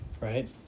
right